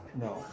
no